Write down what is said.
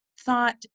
thought